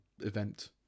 event